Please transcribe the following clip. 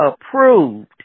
approved